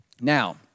now